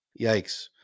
yikes